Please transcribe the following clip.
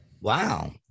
Wow